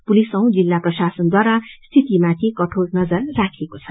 police औ जिल्ल प्रशासनद्वारा स्थिर माथि कठोर नजर राखिएको छ